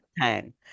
time